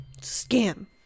Scam